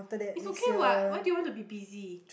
it's okay what why do you want to be busy